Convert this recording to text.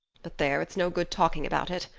but there, it's no good talking about it.